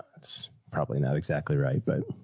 it's probably not exactly right, but.